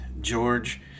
George